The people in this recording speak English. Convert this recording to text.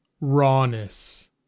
rawness